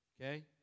Okay